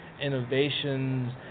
innovations